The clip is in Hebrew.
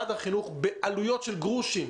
אגב, אותם אחוזים יש לנו גם כן בחינוך המיוחד.